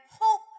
hope